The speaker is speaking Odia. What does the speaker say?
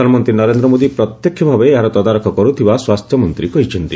ପ୍ରଧାନମନ୍ତ୍ରୀ ନରେନ୍ଦ୍ର ମୋଦି ପ୍ରତ୍ୟକ୍ଷ ଭାବେ ଏହାର ତଦାରଖ କରୁଥିବା ସ୍ୱାସ୍ଥ୍ୟମନ୍ତ୍ରୀ କହିଛନ୍ତି